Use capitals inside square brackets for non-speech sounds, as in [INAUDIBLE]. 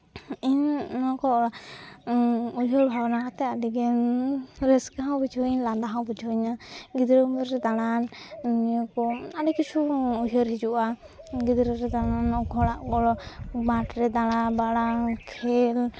ᱤᱧ ᱚᱱᱟ ᱠᱚ ᱩᱭᱦᱟᱹᱨ ᱵᱷᱟᱵᱽᱱᱟ ᱠᱟᱛᱮᱜ ᱟᱹᱰᱤᱜᱮ ᱨᱟᱹᱥᱠᱟᱹ ᱦᱚᱸ ᱵᱩᱡᱷᱟᱹᱣ ᱟᱹᱧ ᱞᱟᱸᱫᱟ ᱦᱚᱸ ᱵᱩᱡᱷᱟᱹᱣ ᱤᱧᱟᱹ ᱜᱤᱫᱽᱨᱟᱹ ᱩᱢᱮᱨ ᱨᱮ ᱫᱟᱬᱟᱱ ᱱᱤᱭᱟᱹ ᱠᱚ ᱟᱹᱰᱤ ᱠᱤᱪᱷᱩ ᱩᱭᱦᱟᱹᱨ ᱦᱤᱡᱩᱜᱼᱟ ᱜᱤᱫᱽᱨᱟᱹ ᱨᱮ ᱫᱟᱬᱟ [UNINTELLIGIBLE] ᱫᱚ ᱢᱟᱴᱷ ᱨᱮ ᱫᱟᱬᱟᱱ ᱠᱷᱮᱞ